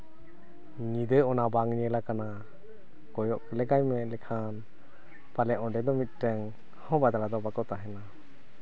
ᱧᱤᱫᱟᱹ ᱚᱱᱟ ᱵᱟᱝ ᱧᱮᱞ ᱟᱠᱟᱱᱟ ᱠᱚᱭᱚᱜ ᱞᱮᱠᱟᱭ ᱢᱮᱱ ᱞᱮᱠᱷᱟᱱ ᱯᱟᱞᱮᱫ ᱚᱸᱰᱮ ᱫᱚ ᱢᱤᱫᱴᱮᱱ ᱦᱚᱸ ᱵᱟᱫᱲᱟ ᱫᱚ ᱵᱟᱠᱚ ᱛᱟᱦᱮᱱᱟ